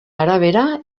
arabera